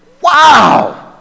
Wow